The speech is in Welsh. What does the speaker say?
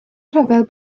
rhyfel